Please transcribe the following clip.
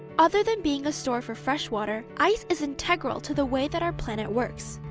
other than being a store for freshwater, ice is integral to the way that our planet works.